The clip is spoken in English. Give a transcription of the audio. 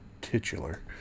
Titular